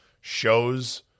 shows